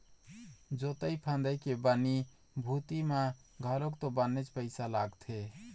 जोंतई फंदई के बनी भूथी म घलोक तो बनेच पइसा लगथे